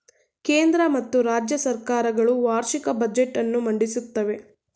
ಕೇಂದ್ರ ಮತ್ತು ರಾಜ್ಯ ಸರ್ಕಾರ ಗಳು ವಾರ್ಷಿಕ ಬಜೆಟ್ ಅನ್ನು ಮಂಡಿಸುತ್ತವೆ